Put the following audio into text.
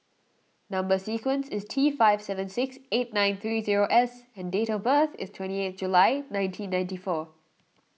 Number Sequence is T five seven six eight nine three zero S and date of birth is twenty eighth July nineteen ninety four